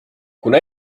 kuna